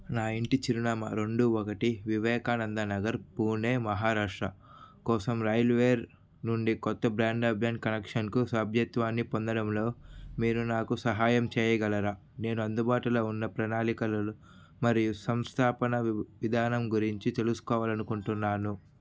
నా ఇంటి చిరునామా రెండు ఒకటి వివేకానంద నగర్ పూణే మహారాష్ట్ర కోసం రైల్ వేర్ నుండి కొత్త బ్రాడాబ్యాండ్ కనెక్షన్కు సభ్యత్వాన్ని పొందడంలో మీరు నాకు సహాయం చేయగలరా నేను అందుబాటులో ఉన్న ప్రణాళికలు మరియు సంస్థాపనలు విధానం గురించి తెలుసుకోవాలనుకుంటున్నాను